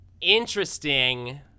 Interesting